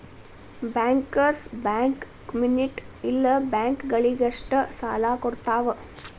bankers bank ಕ್ಮ್ಯುನಿಟ್ ಇಲ್ಲ ಬ್ಯಾಂಕ ಗಳಿಗಷ್ಟ ಸಾಲಾ ಕೊಡ್ತಾವ